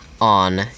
On